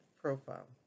profile